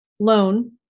loan